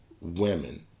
women